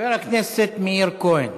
חבר הכנסת מאיר כהן.